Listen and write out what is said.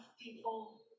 people